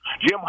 Jim